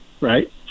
right